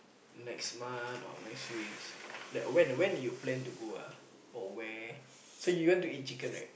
next month or next weeks like when when you plan to go ah or where so you want to eat chicken right